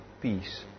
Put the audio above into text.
Peace